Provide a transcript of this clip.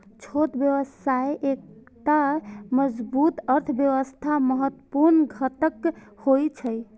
छोट व्यवसाय एकटा मजबूत अर्थव्यवस्थाक महत्वपूर्ण घटक होइ छै